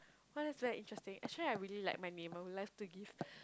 !wah! that's very interesting actually I really like my neighbour who likes to give